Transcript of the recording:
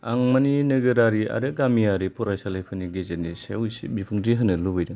आं मानि नोगोरारि आरो गामियारि फरायसालिफोरनि गेजेरनि सायाव एसे बिबुंथि होनो लुबैदों